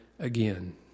Again